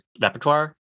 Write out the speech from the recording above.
repertoire